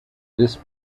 this